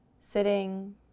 sitting